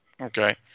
okay